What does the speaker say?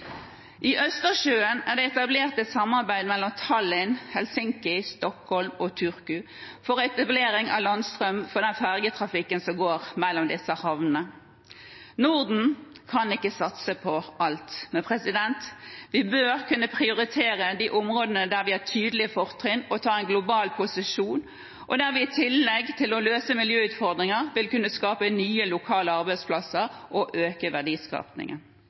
I Østersjøen er det etablert et samarbeid mellom Tallin, Helsinki, Stockholm og Turku for etablering av landstrøm for den fergetrafikken som går mellom disse havnene. Norden kan ikke satse på alt, men vi bør kunne prioritere de områdene der vi har tydelige fortrinn når det gjelder å ta en global posisjon, og der vi i tillegg til å løse miljøutfordringer vil kunne skape nye lokale arbeidsplasser og øke